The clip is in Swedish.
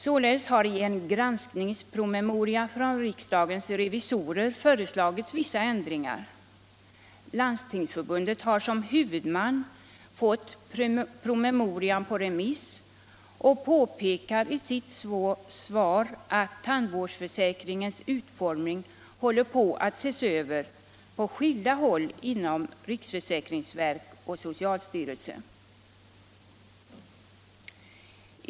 Således har det i en granskningspromemoria från riksdagens revisorer föreslagits vissa ändringar. Landstingsförbundet har som huvudman fått propositionen på remiss och påpekar i sitt svar att tandvårdsförsäkringens utformning håller på att ses över på skilda håll inom riksförsäkringsverket och socialstyrelsen.